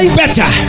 better